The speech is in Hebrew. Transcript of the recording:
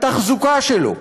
התחזוקה שלו,